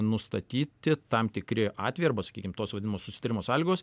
nustatyti tam tikri atvejai arba sakykim tos vadinamos susitarimo sąlygos